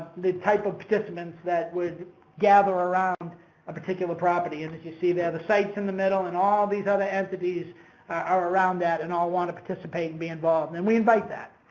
the type of participants that would gather around a particular property. and as you see there, the site's in the middle and all these other entities are around that, and all want to participate and be involved. and we invite that.